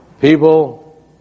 People